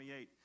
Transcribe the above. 28